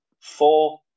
Four